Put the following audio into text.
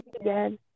again